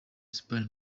espagne